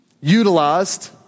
utilized